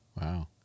Wow